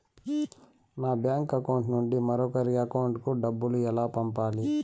నా bank account నుండి మరొకరి అకౌంట్ కు డబ్బులు ఎలా పంపాలి